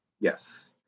yes